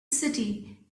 city